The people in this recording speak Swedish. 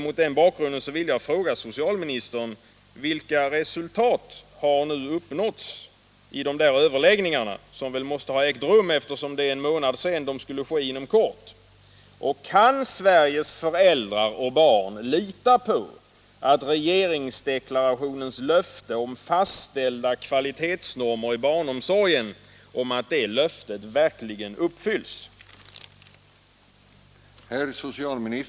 Mot den bakgrunden vill jag fråga socialministern: Vilka resultat har nu uppnåtts i de överläggningarna? De måste väl ha ägt rum eftersom det är en månad sedan och de skulle ske inom kort. Kan Sveriges föräldrar och barn lita på att regeringsdeklarationens löfte om fastställda kvalitetsnormer i barnomsorgen verkligen uppfylles?